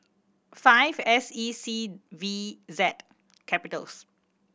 five S E C V Z